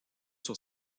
sur